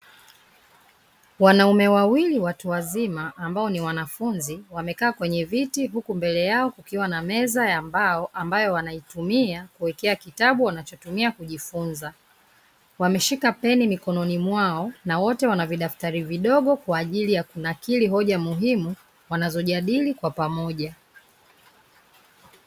Wanaume wawili watu wazima ambao ni wanafunzi wamekaa kwenye viti, huku mbele yao kukiwa na meza ya mbao ambayo wanaitumia kuwekea kitabu wanachotumia kujifunza, wameshika peni mikononi mwao na wote wana vidaftari vidogo kwa ajili ya kunakili hoja muhimu wanazojadili kwa pamoja.